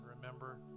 remember